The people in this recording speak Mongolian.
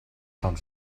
том